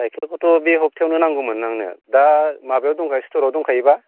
साइकेलखौथ' बे हप्तायावनो नांगौमोन नांनाया दा माबायाव दंखायो स्टराव दंखायो बा